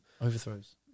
Overthrows